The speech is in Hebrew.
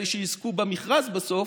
אלה שיזכו במכרז בסוף,